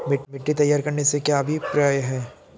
मिट्टी तैयार करने से क्या अभिप्राय है?